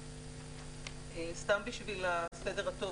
סתם בשביל הסדר הטוב,